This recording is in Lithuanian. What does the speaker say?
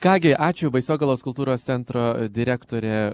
ką gi ačiū baisogalos kultūros centro direktorė